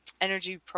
energy